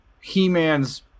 He-Man's